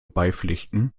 beipflichten